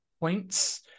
points